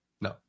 No